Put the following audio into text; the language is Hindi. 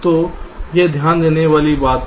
तो यह ध्यान देने वाली बात है